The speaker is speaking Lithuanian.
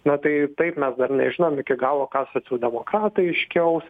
na tai taip mes dar nežinom iki galo ką socialdemokratai iškels